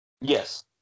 Yes